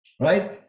right